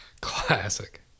Classic